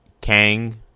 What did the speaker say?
Kang